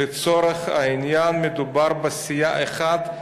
לצורך העניין מדובר בסיעה אחת.